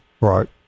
right